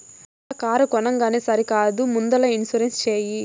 బిడ్డా కారు కొనంగానే సరికాదు ముందల ఇన్సూరెన్స్ చేయి